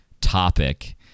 topic